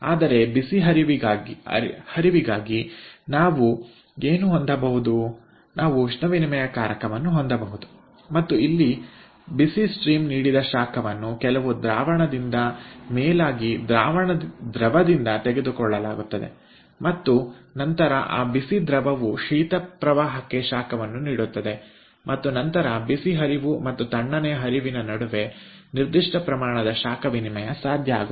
ಆದರೆ ಬಿಸಿ ಅರಿವಿಗಾಗಿ ನಾವು ಏನು ಹೊಂದಬಹುದು ನಾವು ಉಷ್ಣವಿನಿಮಯಕಾರಕವನ್ನು ಹೊಂದಬಹುದು ಮತ್ತು ಇಲ್ಲಿ ಬಿಸಿ ಹರಿವು ನೀಡಿದ ಶಾಖವನ್ನು ಕೆಲವು ದ್ರಾವಣದಿಂದ ಮೇಲಾಗಿ ದ್ರವದಿಂದ ತೆಗೆದುಕೊಳ್ಳಲಾಗುತ್ತದೆ ಮತ್ತು ನಂತರ ಆ ಬಿಸಿ ದ್ರವವು ಶೀತ ಪ್ರವಾಹಕ್ಕೆ ಶಾಖವನ್ನು ನೀಡುತ್ತದೆ ಮತ್ತು ನಂತರ ಬಿಸಿ ಹರಿವು ಮತ್ತು ತಣ್ಣನೆಯ ಹರಿವಿನ ನಡುವೆ ನಿರ್ದಿಷ್ಟ ಪ್ರಮಾಣದ ಶಾಖ ವಿನಿಮಯ ಸಾಧ್ಯ ಆಗುತ್ತದೆ